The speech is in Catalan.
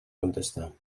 contestar